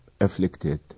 afflicted